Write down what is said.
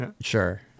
Sure